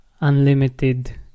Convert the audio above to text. unlimited